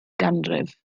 ganrif